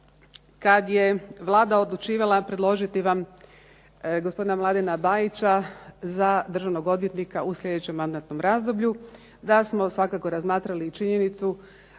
kad je Vlada odlučila predložiti vam gospodina Mladena Bajića za državnog odvjetnika u sljedećem mandatnom razdoblju, da smo svakako razmatrali i činjenicu